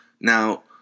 Now